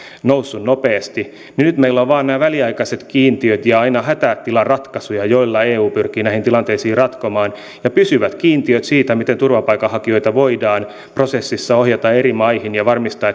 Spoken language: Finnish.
noussut nopeasti nyt meillä on vain nämä väliaikaiset kiintiöt ja aina hätätilaratkaisuja joilla eu pyrkii näitä tilanteita ratkomaan pysyvät kiintiöt siitä miten turvapaikanhakijoita voidaan prosessissa ohjata eri maihin ja varmistaa